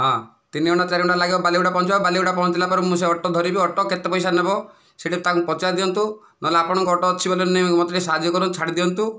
ହଁ ତିନି ଘଣ୍ଟା ଚାରି ଘଣ୍ଟା ଲାଗିବ ବାଲିଗୁଡ଼ା ପହଞ୍ଚିବାକୁ ବାଲିଗୁଡ଼ା ପହଞ୍ଚିବା ପରେ ମୁଁ ସେ ଅଟୋ ଧରିବି ଅଟୋ କେତେ ପଇସା ନେବ ସେଇଟା ତାଙ୍କୁ ପଚାରି ଦିଅନ୍ତୁ ନହେଲେ ଆପଣଙ୍କ ଅଟୋ ଅଛନ୍ତି ବୋଲେ ମୋତେ ଟିକିଏ ସାହାଯ୍ୟ କରନ୍ତୁ ଛାଡ଼ି ଦିଅନ୍ତୁ